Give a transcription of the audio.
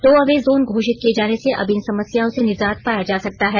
to away zone घोषित किये जाने से अब इन समस्याओं से निजात पाया जा सकता है